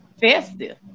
festive